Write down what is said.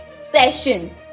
session